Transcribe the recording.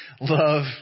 Love